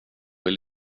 vill